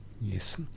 Yes